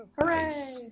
Hooray